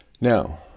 Now